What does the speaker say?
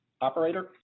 Operator